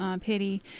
pity